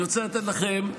אני רוצה לתת לכם,